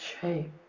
shape